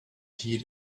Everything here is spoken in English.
heed